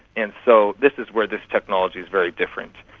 and so this is where this technology is very different,